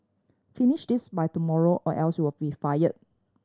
finish this by tomorrow or else you'll be fired